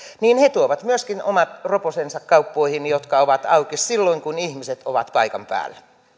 tuovat myöskin omat roposensa kauppoihin jotka ovat auki silloin kun ihmiset ovat paikan päällä